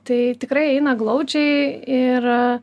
tai tikrai eina glaudžiai ir